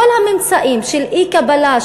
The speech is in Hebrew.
כל הממצאים של אי-קבלה,